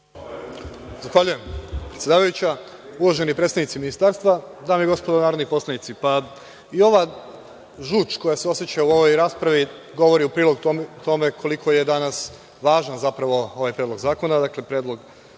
predsedavajuća, uvaženi predstavnici Ministarstva, dame i gospodo narodni poslanici, i ova žuč koja se oseća u ovoj raspravi govori u prilog tome koliko je danas važan zapravo ovaj predlog zakona, Predlog